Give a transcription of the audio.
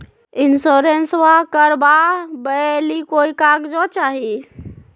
इंसोरेंसबा करबा बे ली कोई कागजों चाही?